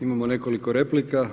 Imamo nekoliko replika.